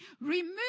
Remove